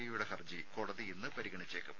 എയുടെ ഹർജി കോടതി ഇന്ന് പരിഗണിച്ചേക്കും